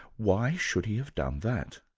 why should he have done that?